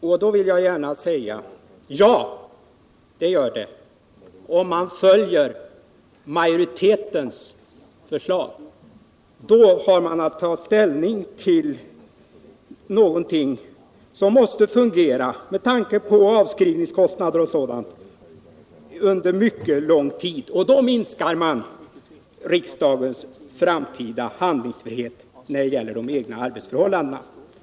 Jag vill gärna instämma i att det gör det — om man följer majoritetens förslag! Då har man att ta ställning till någonting som måste fungera bra med tanke på avskrivningskostnader och annat under mycket lång tid, och då minskar man riksdagens framtida handlingsfrihet när det gäller de egna arbetsförhållandena.